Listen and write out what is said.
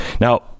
Now